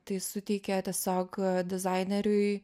tai suteikia tiesiog dizaineriui